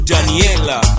Daniela